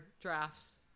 drafts